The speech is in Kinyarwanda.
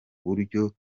buryo